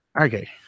Okay